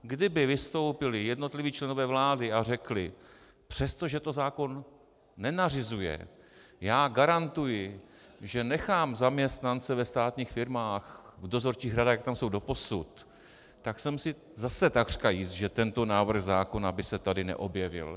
Kdyby vystoupili jednotliví členové vlády a řekli, že přestože to zákon nenařizuje, já garantuji, že nechám zaměstnance ve státních firmách, v dozorčích radách, jak tam jsou doposud, tak jsem si zase takřka jist, že tento návrh zákona by se tady neobjevil.